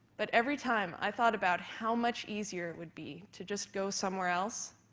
but every time i thought about how much easier it would be to just go somewhere else,